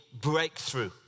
breakthrough